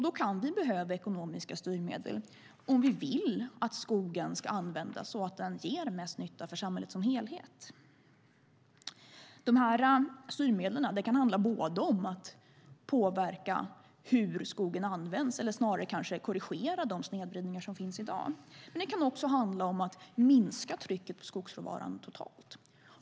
Då kan vi behöva ekonomiska styrmedel om vi vill att skogen ska användas så att den ger mest nytta för samhället som helhet. Dessa styrmedel kan handla om att påverka hur skogen används, eller snarare kanske korrigera de snedvridningar som finns i dag. Men de kan också handla om att minska trycket på skogsråvaran totalt.